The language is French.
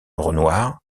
renoir